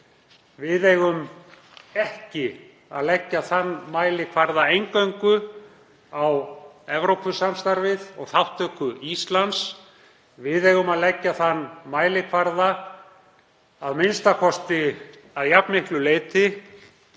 Við eigum ekki að leggja þann mælikvarða eingöngu á Evrópusamstarfið og þátttöku Íslands. Við eigum að leggja þann mælikvarða, a.m.k. að jafn miklu leyti: